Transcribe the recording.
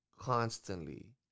constantly